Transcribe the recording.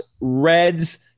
Reds